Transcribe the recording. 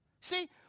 See